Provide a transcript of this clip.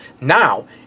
now